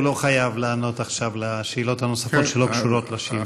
הוא לא חייב לענות עכשיו על שאלות נוספות שלא קשורות לשאילתה.